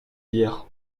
hier